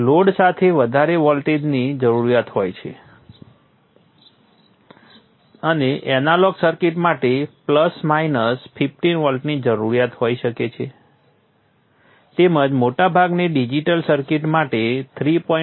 load માટે વધારે વોલ્ટની જરૂરિયાત હોય છે તે એનાલોગ સર્કિટ માટે પ્લસ માઈનસ 15 વોલ્ટની જરૂરિયાત હોઇ શકે છે તેમજ મોટાભાગની ડિજિટલ સર્કિટ માટે 3